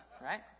Right